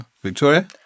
Victoria